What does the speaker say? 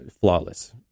flawless